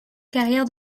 carrière